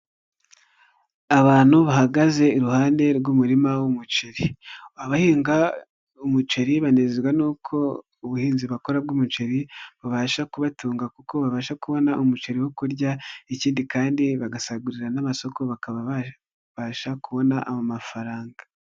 Abantu bahagaze iruhande rw'umurima w'umuceri. Abahinga umuceri banezezwa n'uko ubuhinzi bakora bw'umuceri babasha kubatunga kuko babasha kubona umuceri wo kurya, ikindi kandi bagasagurira n'amasoko bakaba babasha kubona amafaranga.